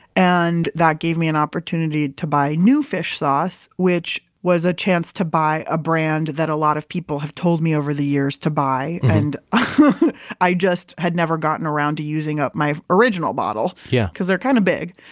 and that gave me an opportunity to buy new fish sauce, which was a chance to buy a brand that a lot of people have told me over the years to buy. and um i just had never gotten around to using up my original bottle, yeah because they're kind of big.